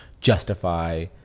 justify